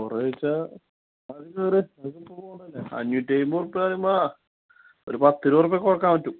കുറവുമൊന്ന് ചോദിച്ചാൽ അതിതുവരെ അഞ്ഞൂറ്റമ്പത് റുപ്പിക എന്ന് പറയുമ്പം ഒരു പത്തിരുപത് റുപ്പിക കുറയ്ക്കാൻ പറ്റും